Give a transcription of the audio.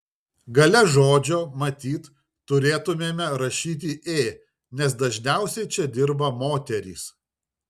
gale žodžio matyt turėtumėme rašyti ė nes dažniausiai čia dirba moterys